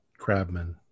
crabman